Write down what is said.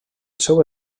seu